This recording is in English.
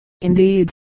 indeed